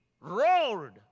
roared